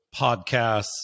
podcasts